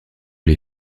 les